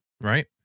right